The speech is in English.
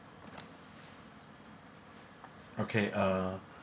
okay uh